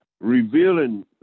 revealing